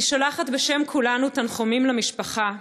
אני שולחת בשם כולנו תנחומים למשפחה.